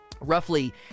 roughly